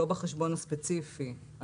לא בחשבון הספציפי.